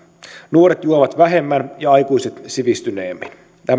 nuoret juovat vähemmän ja aikuiset sivistyneemmin tämä hyvä